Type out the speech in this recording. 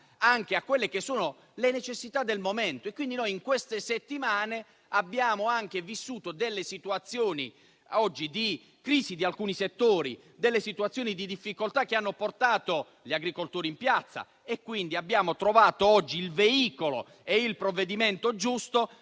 anche alle necessità del momento. In queste settimane abbiamo anche vissuto delle situazioni di crisi di alcuni settori, delle situazioni di difficoltà che hanno portato gli agricoltori in piazza, quindi abbiamo trovato oggi il veicolo e il provvedimento giusto